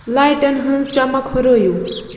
لایٹَن ہٕنٛز چمک ہُررٲوِو